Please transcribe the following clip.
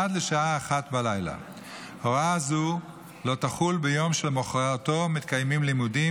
עד השעה 01:00. הוראה זו לא תחול ביום שלמוחרתו מתקיימים לימודים,